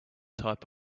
type